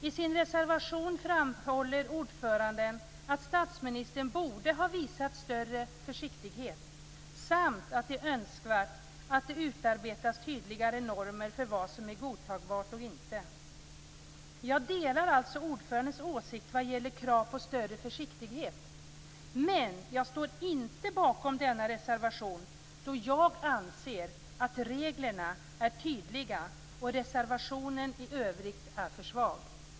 I sin reservation framhåller ordföranden att statsministern borde ha visat större försiktighet samt att det är önskvärt att det utarbetas tydligare normer för vad som är godtagbart och inte. Jag delar alltså ordförandens åsikt vad gäller krav på större försiktighet, men jag står inte bakom denna reservation då jag anser att reglerna är tydliga och att reservationen i övrigt är för svag.